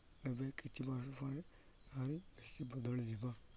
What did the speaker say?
ଏବେ କିଛି ବର୍ଷ ପରେ ଆହୁରି ବେଶି ବଦଳି ଯିବ